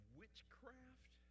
witchcraft